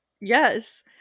yes